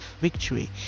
victory